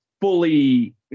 fully